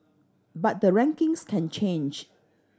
but the rankings can change